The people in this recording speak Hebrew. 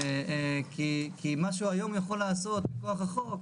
כי מה שהוא היום יכול לעשות מכוח החוק,